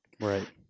Right